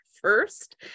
first